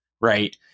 right